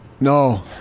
No